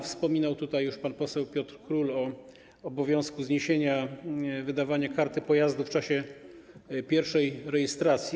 Wspominał tutaj już pan poseł Piotr Król o obowiązku zniesienia wydawania karty pojazdu w czasie pierwszej rejestracji.